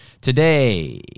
today